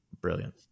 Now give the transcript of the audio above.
Brilliant